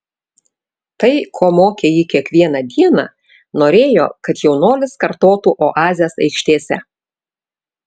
tai ko mokė jį kiekvieną dieną norėjo kad jaunuolis kartotų oazės aikštėse